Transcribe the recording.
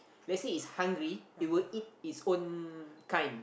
lets say it's hungry it will eat its own kind